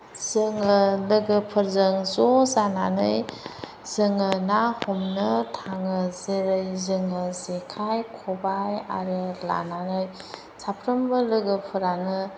जोङो लोगोफोरजों ज' जानानै जोङो ना हमनो थाङो जेरै जोङो जेखाइ खबाइ आरो लानानै साफ्रोमबो लोगोफोरानो